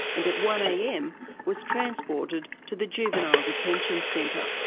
and at one am was transported to the juvenile detention centre.